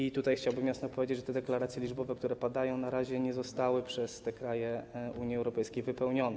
I tutaj chciałbym jasno powiedzieć, że te deklaracje liczbowe, które padają, na razie nie zostały przez te kraje Unii Europejskiej wypełnione.